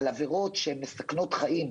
על עבירות שמסכנות חיים,